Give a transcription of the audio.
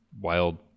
wild